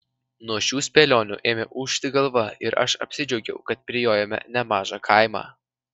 nuo šių spėlionių ėmė ūžti galva ir aš apsidžiaugiau kad prijojome nemažą kaimą